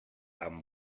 amb